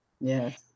Yes